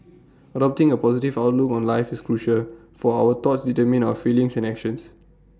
adopting A positive outlook on life is crucial for our thoughts determine our feelings and actions